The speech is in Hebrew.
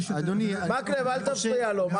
מקלב, אל תפריע לו.